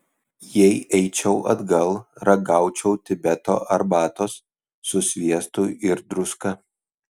jei eičiau atgal ragaučiau tibeto arbatos su sviestu ir druska